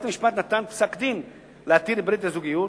בית המשפט נתן פסק-דין להתיר את ברית הזוגיות,